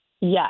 Yes